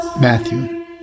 Matthew